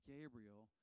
Gabriel